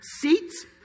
seats